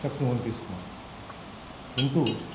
शक्नुवन्ति स्म किन्तु